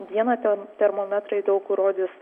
dieną ten termometrai daug kur rodys